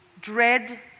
dread